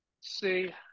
See